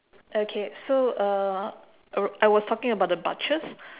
okay so uh err I was talking about the butchers